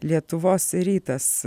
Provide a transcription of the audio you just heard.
lietuvos rytas